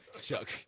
Chuck